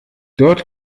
dort